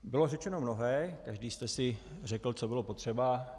Bylo řečeno mnohé, každý jste si řekl, co bylo potřeba.